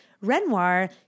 Renoir